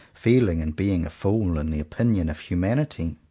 feeling and being a fool in the opinion of humanity.